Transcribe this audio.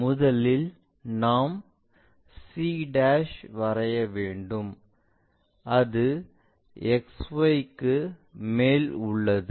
முதலில் நாம் c வரைய வேண்டும் அது XY மேல் உள்ளது